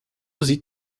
sieht